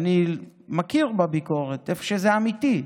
אני מכיר בביקורת איפה שזה אמיתי,